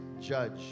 judge